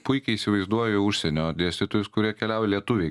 puikiai įsivaizduoju užsienio dėstytojus kurie keliauja lietuviai